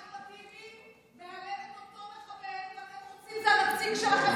אחמד טיבי מהלל את אותו מחבל, זה הנציג שלכם.